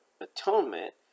atonement